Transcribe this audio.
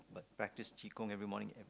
but practise Qi Gong every morning and